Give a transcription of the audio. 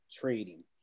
trading